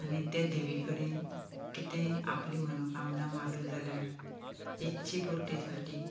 आनी ते देवी कडेन कितेंय आपली मनोकामना मागली जाल्यार इच्छी पुर्ती साठी